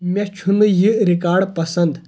مے چھُنہٕ یِہ ریکاڑ پسند